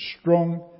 strong